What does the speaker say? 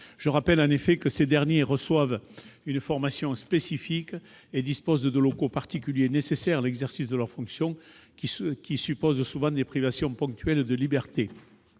Je rappelle en effet que ces derniers reçoivent une formation spécifique et disposent de locaux particuliers, nécessaires à l'exercice de leurs fonctions, qui supposent souvent des privations ponctuelles de liberté.